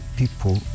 people